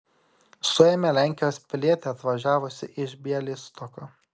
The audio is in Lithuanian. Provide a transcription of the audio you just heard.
suėmė lenkijos pilietį atvažiavusį iš bialystoko